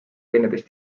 teineteist